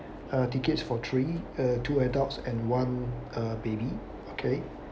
uh tickets for three uh two adults and one uh baby okay